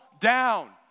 down